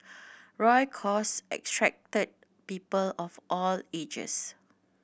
Roy cause attracted people of all ages